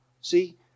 See